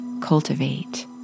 cultivate